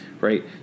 Right